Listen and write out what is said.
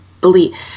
believe